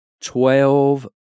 Twelve